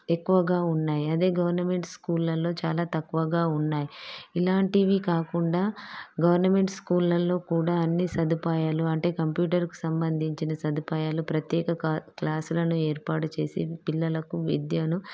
ఎక్కువగా ఉన్నాయి అదే గవర్నమెంట్ స్కూళ్లలో చాలా తక్కువగా ఉన్నాయి ఇలాంటివి కాకుండా గవర్నమెంట్ స్కూళ్ళల్లో కూడా అన్ని సదుపాయాలు అంటే కంప్యూటర్కు సంబంధించిన సదుపాయాలు ప్రత్యేక క క్లాసులని ఏర్పాటు చేసి పిల్లలకు విద్యను